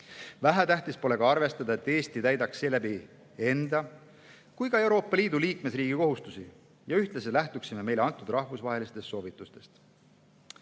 Vähetähtis pole ka arvestada, et Eesti täidaks seeläbi enda kui Euroopa Liidu liikmesriigi kohustusi ja ühtlasi lähtuksime meile antud rahvusvahelistest soovitustest.